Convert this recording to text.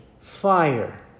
fire